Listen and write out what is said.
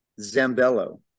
Zambello